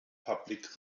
public